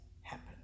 happen